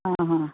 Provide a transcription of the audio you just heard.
आं हां